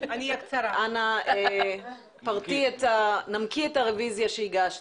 אנא נמקי את הרוויזיה שהגשת.